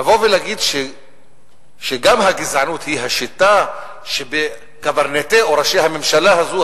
לבוא ולהגיד שגם הגזענות היא השיטה שבה קברניטי או ראשי הממשלה הזו,